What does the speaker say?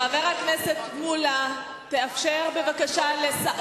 באמת, חבר הכנסת מולה, תאפשר בבקשה לשר.